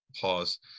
Pause